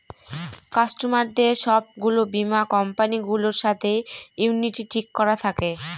কাস্টমারদের সব গুলো বীমা কোম্পানি গুলোর সাথে ইউনিটি ঠিক করা থাকে